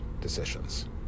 decisions